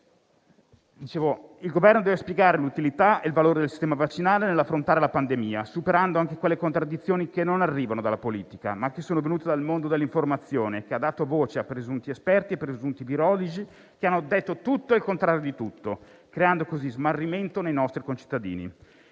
Il Governo deve spiegare l'utilità e il valore del sistema vaccinale nell'affrontare la pandemia, superando anche quelle contraddizioni che non arrivano dalla politica, ma che sono venute dal mondo dell'informazione, che ha dato voce a presunti esperti e virologi che hanno detto tutto e il contrario di tutto, creando così smarrimento nei nostri concittadini.